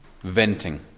venting